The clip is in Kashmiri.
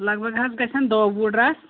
لگ بگ حظ گژھن دہ وُہ ڈرٛس